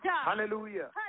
Hallelujah